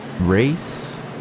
race